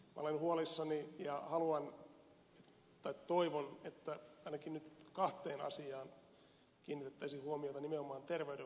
minä olen huolissani ja toivon että ainakin nyt kahteen asiaan kiinnitettäisiin huomiota nimenomaan terveydenhuollon puolelta